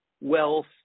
wealth